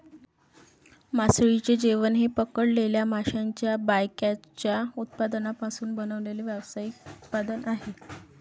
मासळीचे जेवण हे पकडलेल्या माशांच्या बायकॅचच्या उत्पादनांपासून बनवलेले व्यावसायिक उत्पादन आहे